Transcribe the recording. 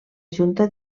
junta